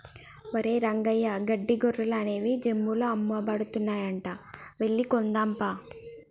ఒరేయ్ రంగయ్య గడ్డి గొర్రెలు అనేవి జమ్ముల్లో అమ్మబడుతున్నాయంట వెళ్లి కొందామా